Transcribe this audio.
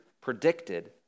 predicted